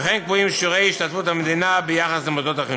וכן קבועים שיעורי השתתפות המדינה ביחס למוסדות החינוך.